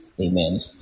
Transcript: Amen